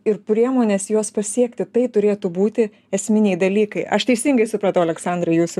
ir priemonės juos pasiekti tai turėtų būti esminiai dalykai aš teisingai supratau aleksandrai jūsų